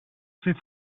fer